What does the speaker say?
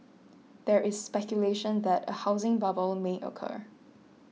there is speculation that a housing bubble may occur